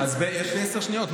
יש לי עשר שניות.